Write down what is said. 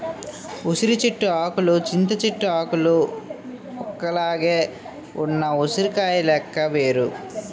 ఉసిరి చెట్టు ఆకులు చింత చెట్టు ఆకులు ఒక్కలాగే ఉన్న ఉసిరికాయ లెక్క వేరు